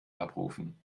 abrufen